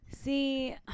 See